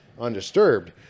undisturbed